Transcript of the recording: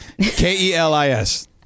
K-E-L-I-S